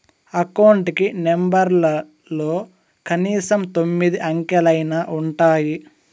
account కి నెంబర్లలో కనీసం తొమ్మిది అంకెలైనా ఉంటాయి